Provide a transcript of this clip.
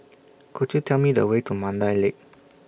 Could YOU Tell Me The Way to Mandai Lake